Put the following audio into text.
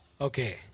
Okay